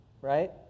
right